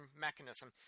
mechanism